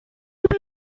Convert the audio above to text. gebe